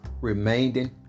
remaining